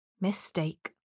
mistake